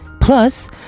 Plus